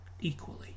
equally